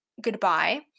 Goodbye